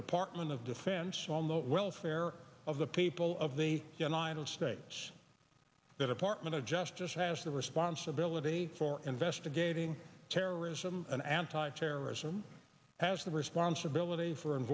department of defense on the welfare of the people of the united states that apartment of justice has the responsibility for investigating terrorism and anti terrorism has the responsibility for and